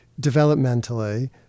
developmentally